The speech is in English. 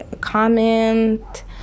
comment